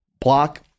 Block